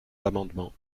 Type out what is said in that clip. l’amendement